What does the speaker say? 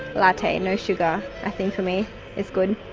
latte, no sugar i think for me is good,